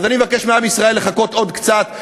אז אני מבקש מעם ישראל לחכות עוד קצת.